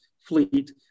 fleet